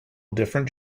different